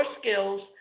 skills